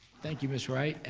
thank you, miss wright,